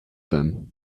them